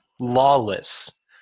lawless